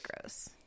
gross